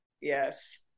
yes